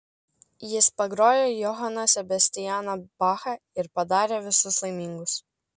jis pagrojo johaną sebastianą bachą ir padarė visus laimingus